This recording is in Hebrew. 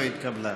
לא התקבלה.